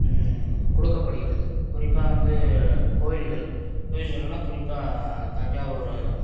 கொடுக்கப்படுகிறது குறிப்பாக வந்து கோயில்கள் கோயில்கள்னா குறிப்பாக தஞ்சாவூர்